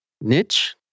niche